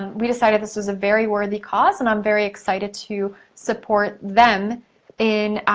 we decided this was a very worthy cause, and i'm very excited to support them in